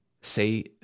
say